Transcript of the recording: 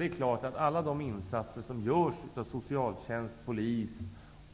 Det är klart att alla de insatser som görs av socialtjänst, polis,